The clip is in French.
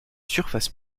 surface